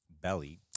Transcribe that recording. Belly